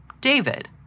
David